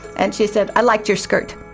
and she said, i liked your skirt.